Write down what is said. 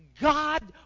God